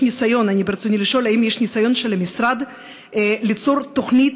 ברצוני לשאול האם יש ניסיון של המשרד ליצור תוכנית